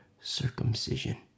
circumcision